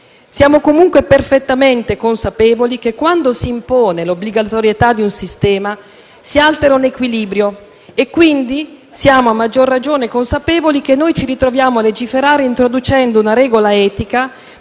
Siamo comunque perfettamente consapevoli che quando si impone l'obbligatorietà di un sistema si altera un equilibrio, quindi siamo a maggior ragione consapevoli che ci ritroviamo a legiferare introducendo una regola etica